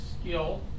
skill